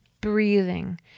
Breathing